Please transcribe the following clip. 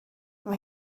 mae